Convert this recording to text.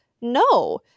No